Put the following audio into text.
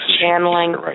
channeling